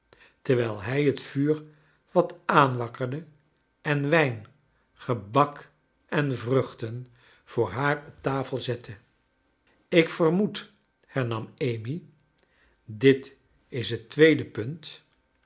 terwijl hij het vuur wat aanwakkerde en wijn gebak en vrachten voor haar op tafel zette ik vermoed hernam amy dit is het tweede punt